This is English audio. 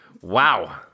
Wow